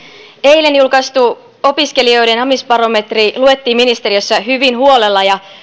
eilen julkaistu opiskelijoiden amisbarometri luettiin ministeriössä hyvin huolella ja